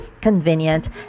convenient